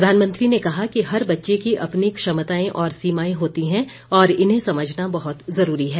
प्रधानमंत्री ने कहा कि हर बच्चे की अपनी क्षमताएं और सीमाएं होती हैं और इन्हें समझना बहत जरूरी है